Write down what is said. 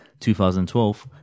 2012